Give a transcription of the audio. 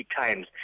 times